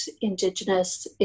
Indigenous